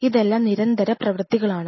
ഇതെല്ലാം നിരന്തര പ്രവർത്തികളാണ്